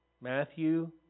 Matthew